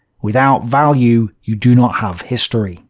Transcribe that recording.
without value you do not have history.